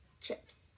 chips